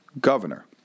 governor